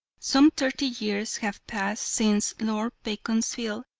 some thirty years have passed since lord beaconsfield,